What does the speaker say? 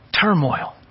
Turmoil